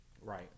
right